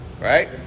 Right